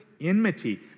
enmity